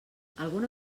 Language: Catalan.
alguna